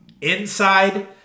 inside